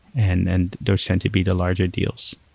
and and those tend to be the larger deals.